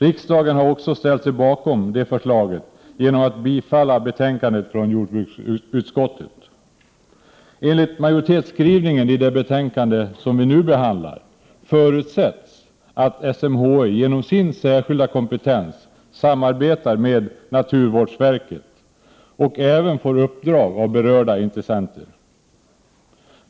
Riksdagen har också ställt sig bakom dessa förslag genom att bifalla ett betänkande därom från jordbruksutskottet. Enligt majoritetsskrivningen i det betänkande som vi nu behandlar förutsätts att SMHI genom sin särskilda kompetens samarbetar med naturvårdsverket och även får uppdrag av berörda intressenter.